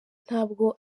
ntabwo